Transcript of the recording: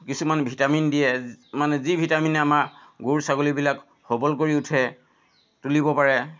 কিছুমান ভিটামিন দিয়ে মানে যি ভিটামিনে আমাৰ গৰু ছাগলীবিলাক সবল কৰি উঠে তুলিব পাৰে